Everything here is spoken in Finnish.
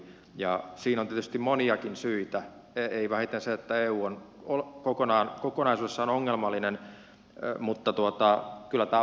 siinä on tietysti moniakin syitä ei vähiten se että eu on kokonaisuudessaan ongelmallinen mutta kyllä tämä vaalipiirikin on yksi syy